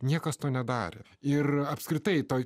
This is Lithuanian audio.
niekas to nedarė ir apskritai toje